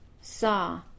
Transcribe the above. saw